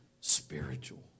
spiritual